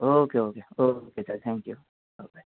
okay okay okay sir thank you okay